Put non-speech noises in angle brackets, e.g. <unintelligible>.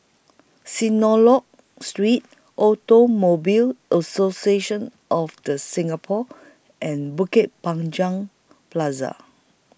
<unintelligible> Street Automobile Association of The Singapore and Bukit Panjang Plaza